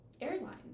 airlines